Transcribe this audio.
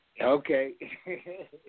Okay